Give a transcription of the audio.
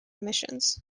emissions